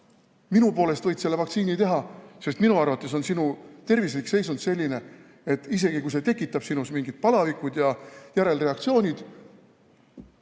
minu poolest võid selle vaktsiini teha, sest minu arvates on sinu tervislik seisund selline, et isegi kui see tekitab sinus mingid palavikud ja järelreaktsioonid,